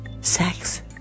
sex